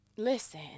Listen